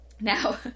now